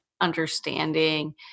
understanding